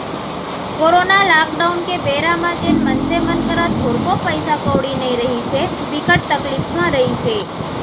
corona lockdown के बेरा म जेन मनसे मन करा थोरको पइसा कउड़ी नइ रिहिस हे, बिकट तकलीफ म रिहिस हे